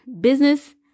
business